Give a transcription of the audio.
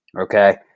okay